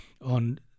on